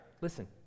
Listen